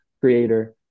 creator